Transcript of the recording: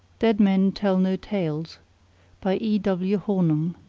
dead men tell no tales by e. w. hornung